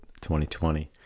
2020